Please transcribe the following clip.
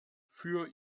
für